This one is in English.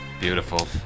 Beautiful